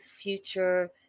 future